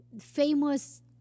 famous